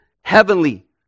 heavenly